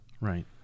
Right